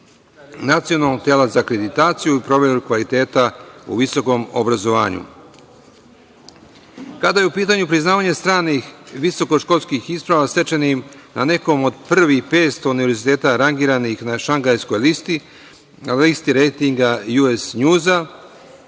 nacionalnog tela za akreditaciju i proveru kvaliteta u visokom obrazovanju. Kada je u pitanju priznavanje stranih visokoškolskih isprava stečenih na nekom od prvih 500 univerziteta rangiranih na Šangajskoj listi, listi rejtinga „US Njuza“